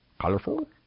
Colorful